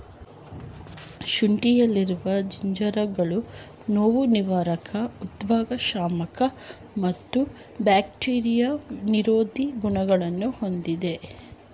ಶುಂಠಿಯಲ್ಲಿರುವ ಜಿಂಜೆರೋಲ್ಗಳು ನೋವುನಿವಾರಕ ಉದ್ವೇಗಶಾಮಕ ಮತ್ತು ಬ್ಯಾಕ್ಟೀರಿಯಾ ವಿರೋಧಿ ಗುಣಗಳನ್ನು ಹೊಂದಿವೆ